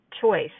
choice